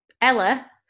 Ella